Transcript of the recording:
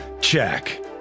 Check